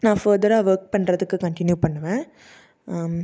நான் ஃபர்தராக ஒர்க் பண்றதுக்கு கண்டினியூ பண்ணுவேன்